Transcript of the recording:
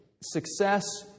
success